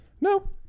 No